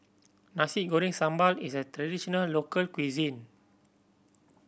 Nasi Goreng Sambal is a traditional local cuisine